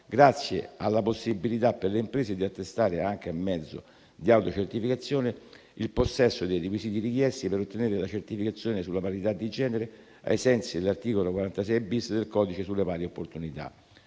grazie alla possibilità per le imprese di attestare, anche a mezzo di autocertificazione, il possesso dei requisiti richiesti per ottenere la certificazione sulla parità di genere, ai sensi dell'articolo 46-*bis* del codice sulle pari opportunità.